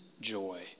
joy